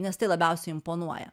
nes tai labiausiai imponuoja